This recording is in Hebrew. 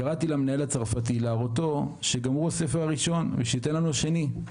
כשקראתי למנהל הצרפתי להראותו שגמרו הספר הראשון ושייתן לנו השני,